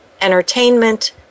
entertainment